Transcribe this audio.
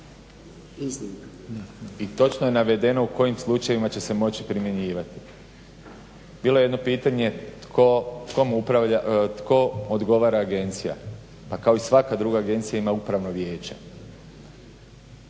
I točno je navedeno u kojim slučajevima će se moći primjenjivati. Bilo je jedno pitanje kome odgovara agencija? Pa kao svaka druga agencija ima upravno vijeće